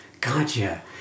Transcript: Gotcha